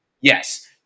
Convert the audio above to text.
Yes